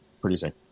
producing